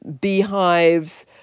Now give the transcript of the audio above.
beehives